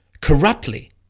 corruptly